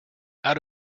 out